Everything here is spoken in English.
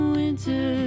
winter